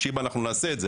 שיבא תעשה את זה,